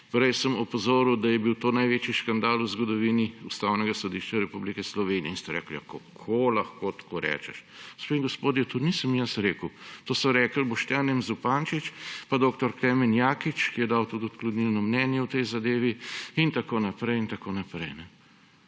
Prej sem opozoril, da je bil to največji škandal v zgodovini Ustavnega sodišča Republike Slovenije, in ste rekli, kako lahko tako rečeš. Gospe in gospodje, to nisem jaz rekel, to sta rekla Boštjan M. Zupančič pa dr. Klemen Jakič, ki je dal tudi odklonilno mnenje v tej zadevi in tako naprej in tako naprej.